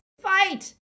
Fight